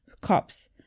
cops